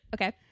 Okay